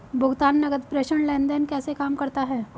भुगतान नकद प्रेषण लेनदेन कैसे काम करता है?